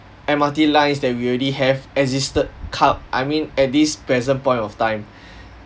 M_R_T lines that we already have existed cup I mean at this present point of time